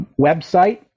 website